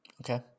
Okay